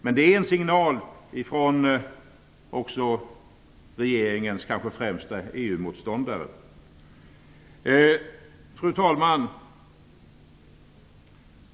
Men det är också en signal från regeringens kanske främsta Fru talman!